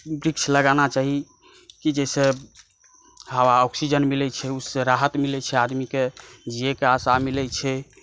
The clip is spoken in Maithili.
वृक्ष लगाना चाही कि जाहिसे हवा ऑक्सीजन मिलै छै ओहिसँ राहत मिलै छै आदमीकेँ जीयैके आशा मिलै छै